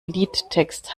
liedtext